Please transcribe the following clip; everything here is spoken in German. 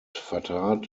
vertrat